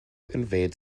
invade